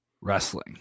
wrestling